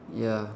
ya